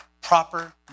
Proper